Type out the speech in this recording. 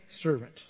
servant